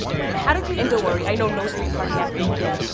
wait, how did you and don't worry, i know no street parking after eight pm.